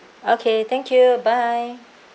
okay thank you bye